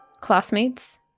classmates